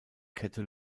kette